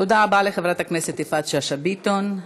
תודה רבה לחבר הכנסת יפעת שאשא ביטון.